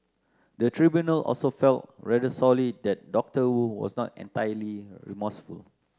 the tribunal also fell rather sorely that Doctor Wu was not entirely remorseful